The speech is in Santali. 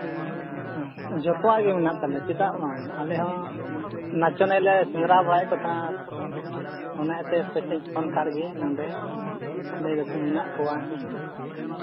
ᱦᱮᱸ ᱡᱚᱛᱚᱣᱟᱜ ᱜᱮ ᱢᱮᱱᱟᱜ ᱛᱟᱞᱮ ᱪᱮᱫᱟᱜ ᱵᱟᱝ ᱟᱞᱮ ᱦᱚᱸ ᱱᱟᱪᱚᱱᱤᱭᱟᱹᱞᱮ ᱥᱮᱸᱫᱽᱨᱟ ᱵᱟᱲᱟᱭᱮᱫ ᱠᱚ ᱛᱟᱦᱮᱱᱟ ᱢᱟᱱᱮ ᱮᱱᱛᱮᱫ ᱦᱟᱯᱮᱥᱮᱧ ᱯᱷᱳᱱ ᱠᱟᱜ ᱞᱮᱜᱮ ᱱᱚᱰᱮ ᱞᱟᱹᱭ ᱫᱚᱠᱚ ᱢᱮᱱᱟᱜ ᱠᱚᱣᱟ